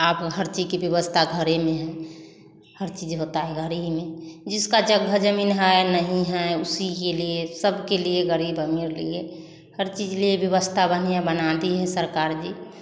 अब हर चीज का व्यवस्था घर ही में है हर चीज होता है घर ही में जिसका जगह जमीन है नहीं है उसी के लिए सब के लिए गरीब अमीर के लिए हर चीज ले व्यवस्था बढ़िया बना दी है सरकार जी